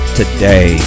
today